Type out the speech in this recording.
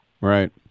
Right